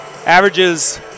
averages